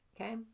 Okay